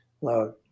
load